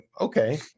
okay